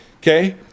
okay